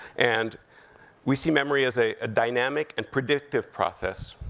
and we see memory as a dynamic and predictive process.